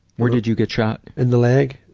where did you get shot? in the leg.